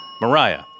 Mariah